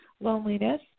loneliness